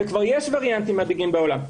וכבר יש וריאנטים מדאיגים בעולם.